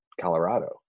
Colorado